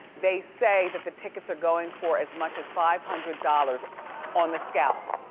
they say that the tickets are going for as much as five hundred dollars on the scalp.